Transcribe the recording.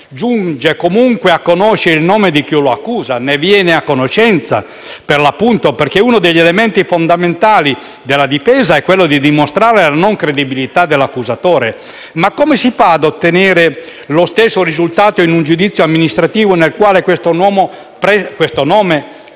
giunge comunque a conoscere il nome di chi lo accusa, ne viene a conoscenza. Infatti, uno degli elementi fondamentali della difesa è quello di dimostrare la non credibilità dell'accusatore. Come si fa a ottenere lo stesso risultato in un giudizio amministrativo nel quale questo nome, presto